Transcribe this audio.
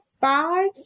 five